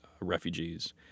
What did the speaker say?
refugees